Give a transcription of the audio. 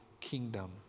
kingdom